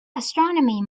astronomy